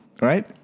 right